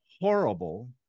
horrible